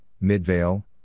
Midvale